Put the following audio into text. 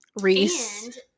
Reese